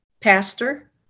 pastor